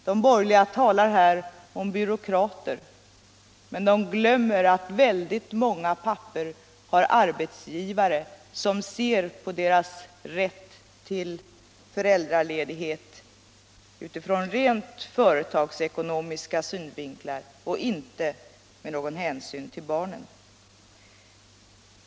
De borgerliga talar här om byråkrater, men de glömmer att många pappor har arbetsgivare som ser på deras rätt till föräldraledighet utifrån rent företagsekonomiska synvinklar och inte med någon hänsyn till barnen.